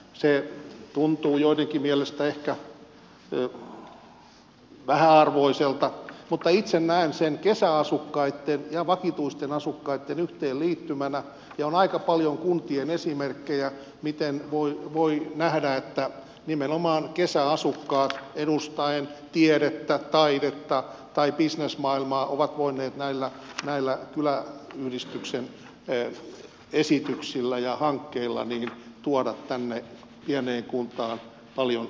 se tuntuu joidenkin mielestä ehkä vähäarvoiselta mutta itse näen sen kesäasukkaitten ja vakituisten asukkaitten yhteenliittymänä ja on aika paljon esimerkkejä kunnissa miten voi nähdä että nimenomaan kesäasukkaat edustaen tiedettä taidetta tai bisnesmaailmaa ovat voineet näillä kyläyhdistyksen esityksillä ja hankkeilla tuoda tänne pieneen kuntaan paljon asioita